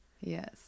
Yes